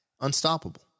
unstoppable